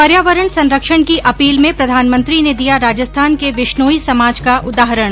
पर्यावरण संरक्षण की अपील में प्रधानमंत्री ने दिया राजस्थान के विश्नोई समाज का उदाहरण